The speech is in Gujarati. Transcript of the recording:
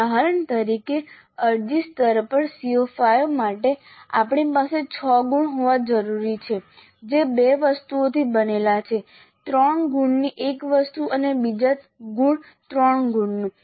ઉદાહરણ તરીકે અરજી સ્તર પર CO5 માટે આપણી પાસે 6 ગુણ હોવા જરૂરી છે જે બે વસ્તુઓથી બનેલા છે 3 ગુણની એક વસ્તુ અને બીજી ગુણ 3 ગુણની